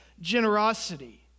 generosity